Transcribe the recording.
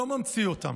אני לא ממציא אותם,